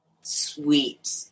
sweet